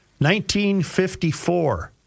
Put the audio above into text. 1954